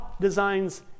designs